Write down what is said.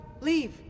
Leave